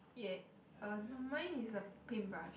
ya uh no mine is a paintbrush